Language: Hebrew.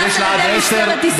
יש לה עד עשר דקות.